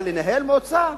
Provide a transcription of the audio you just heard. אבל לנהל מועצה,